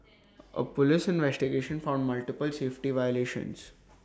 A Police investigation found multiple safety violations